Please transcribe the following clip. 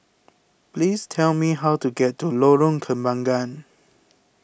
please tell me how to get to Lorong Kembangan